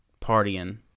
partying